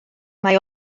mai